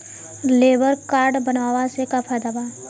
Labour card बनवाला से का फायदा बा?